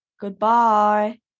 Goodbye